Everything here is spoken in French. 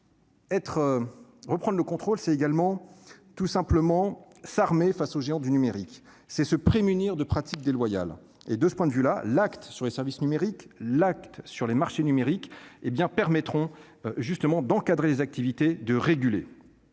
être reprendre le contrôle, c'est également tout simplement s'armer face aux géants du numérique, c'est se prémunir de pratiques déloyales et de ce point de vue là l'acte sur les services numériques l'acte sur les marchés numériques, hé bien permettront justement d'encadrer les activités de réguler